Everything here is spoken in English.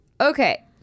Okay